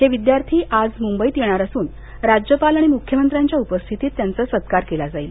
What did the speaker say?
हे विद्यार्थी आज मुंबईत येणार असून राज्यपाल मुख्यमंत्र्यांच्या उपस्थितीत त्यांचा सत्कार केला जाईल